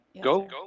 Go